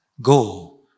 go